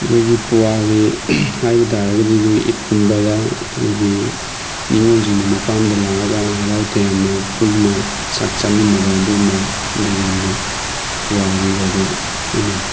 ꯑꯩꯈꯣꯏꯒꯤ ꯄꯨꯋꯥꯔꯤ ꯍꯥꯏꯕ ꯇꯥꯔꯒꯗꯤ ꯑꯩꯈꯣꯏꯒꯤ ꯏꯗ ꯀꯨꯝꯕꯗ ꯑꯩꯈꯣꯏꯒꯤ ꯅꯤꯉꯣꯟꯁꯤꯡꯅ ꯃꯄꯥꯝꯗ ꯂꯥꯛꯑꯒ ꯍꯔꯥꯎ ꯇꯥꯌꯥꯝꯅ ꯄꯨꯟꯅ ꯆꯥꯛ ꯆꯥꯃꯤꯟꯅꯕ ꯑꯗꯨꯒꯨꯝꯕꯗꯨ ꯌꯥꯝꯅ ꯄꯨꯋꯥꯔꯤ ꯑꯣꯏꯕ ꯑꯃꯅꯤ